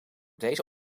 deze